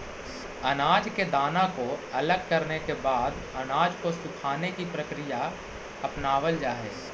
अनाज के दाना को अलग करने के बाद अनाज को सुखाने की प्रक्रिया अपनावल जा हई